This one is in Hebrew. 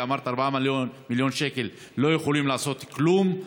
כי אמרת: 4 מיליון שקלים לא יכולים לעשות כלום.